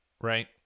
right